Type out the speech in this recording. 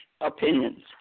opinions